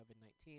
COVID-19